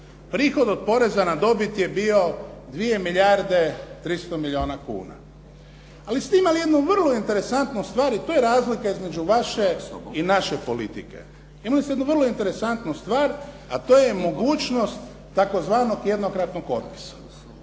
Prihod od poreza na dobit je bio 2 milijarde 300 milijuna kuna ali ste imali jednu vrlo interesantnu stvar i to je razlika između vaše i naše politike. Imali ste jednu vrlo interesantnu stvar a to je mogućnost tzv. jednokratnog kodeksa